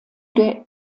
der